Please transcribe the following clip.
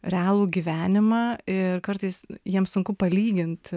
realų gyvenimą ir kartais jiems sunku palygint